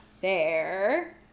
Fair